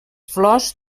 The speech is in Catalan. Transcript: flors